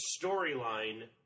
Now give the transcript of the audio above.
storyline